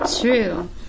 True